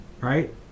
Right